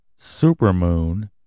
supermoon